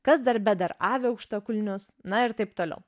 kas darbe dar avi aukštakulnius na ir taip toliau